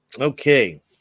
Okay